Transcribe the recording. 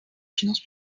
finances